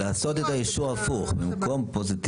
לעשות את האישור הפוך, פוזיטיבי,